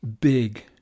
big